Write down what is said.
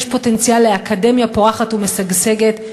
יש פוטנציאל לאקדמיה פורחת ומשגשגת.